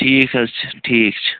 ٹھیٖک حظ چھُ ٹھیٖک چھُ